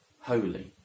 holy